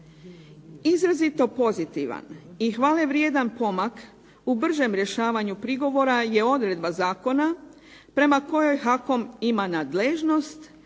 Izrazito pozitivan i hvale vrijedan pomak u bržem rješavanju prigovora je odredba zakona prema kojoj HAKOM ima nadležnost